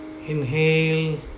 Inhale